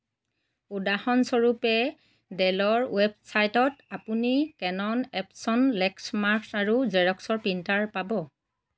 উদাহৰণস্বৰূপে ডেলৰ ৱেবছাইটত আপুনি কেনন এপ্ছন লেক্সমাৰ্ক আৰু জেৰক্সৰ প্ৰিন্টাৰ পাব